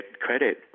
credit